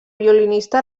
violinista